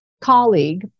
colleague